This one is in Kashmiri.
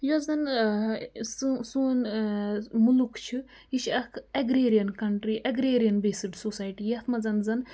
یۄس زَن سون مُلُک چھُ یہِ چھِ اَکھ agrarian country agrarian based society یَتھ منٛز زَن